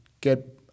get